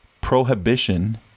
Prohibition